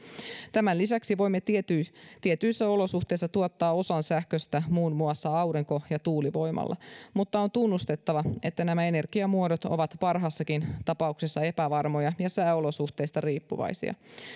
tämän lisäksi voimme tietyissä tietyissä olosuhteissa tuottaa osan sähköstä muun muassa aurinko ja tuulivoimalla mutta on tunnustettava että nämä energiamuodot ovat parhaassakin tapauksessa epävarmoja ja sääolosuhteista riippuvaisia